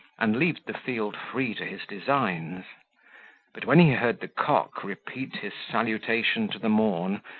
and leave the field free to his designs but when he heard the cock repeat his salutation to the morn,